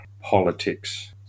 politics